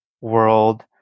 world